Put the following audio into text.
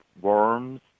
worms